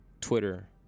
twitter